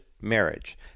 marriage